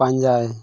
ᱯᱟᱸᱡᱟᱭ